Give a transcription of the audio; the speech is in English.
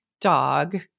dog